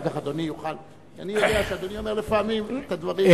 אני יודע שאדוני אומר לפעמים את הדברים,